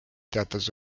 teatas